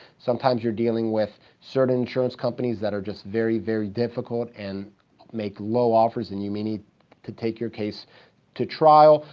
sometimes you're dealing with certain insurance companies that are just very, very difficult and make low offers, and you may need to take your case to trial.